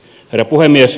herra puhemies